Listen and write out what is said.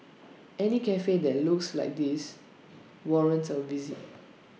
any Cafe that looks like this warrants A visit